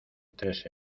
tres